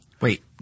Wait